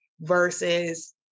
versus